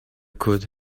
could